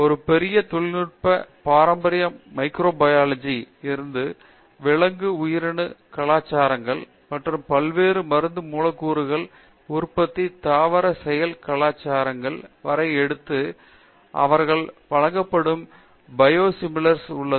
ஒரு பெரிய தொழில்நுட்ப பாரம்பரிய மைக்ரோ பையலஜி இருந்து விலங்கு உயிரணு கலாச்சாரங்கள் மற்றும் பல்வேறு மருந்து மூலக்கூறுகள் உற்பத்தி தாவர செல் கலாச்சாரங்கள் வரை எடுத்து இது அவர்கள் வழங்கப்படும் காரணம் என பியோசிமிழர் உள்ளது